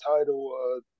title